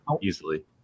Easily